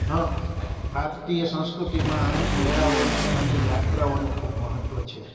ભારતીય સંસ્કૃતિમાં મેળાઓનું અને યાત્રાઓનું ખૂબ મહત્ત્વ છે